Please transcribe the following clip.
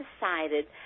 decided